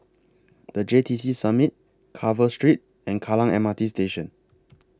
The J T C Summit Carver Street and Kallang M R T Station